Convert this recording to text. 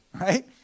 right